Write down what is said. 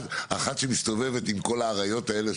אחת שמסתובבת עם כול האריות האלה,